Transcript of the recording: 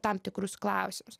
tam tikrus klausimus